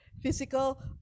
physical